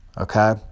okay